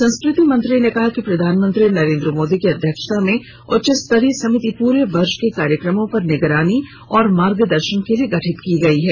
संस्कृति मंत्री ने कहा कि प्रधानमंत्री नरेंद्र मोदी की अध्यक्षता में उच्चस्तरीय समिति प्रे वर्ष के कार्यक्रमों पर निगरानी और मार्गदर्शन के लिए गठित की गई है